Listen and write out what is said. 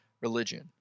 religion